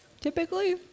typically